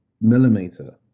millimeter